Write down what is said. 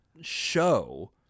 show